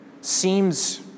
seems